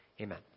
Amen